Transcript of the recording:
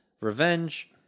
revenge